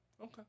okay